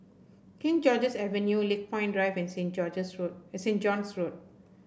King George's Avenue Lakepoint Drive and Saint George's Road Saint John's Road